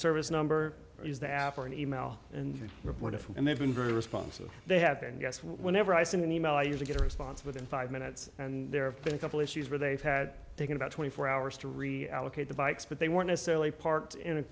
service number is the after an e mail and report and they've been very responsive they have and yes whenever i send an e mail i usually get a response within five minutes and there have been a couple issues where they've had taken about twenty four hours to re allocate the bikes but they weren't necessarily parked in